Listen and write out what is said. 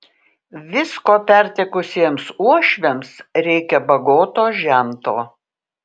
visko pertekusiems uošviams reikia bagoto žento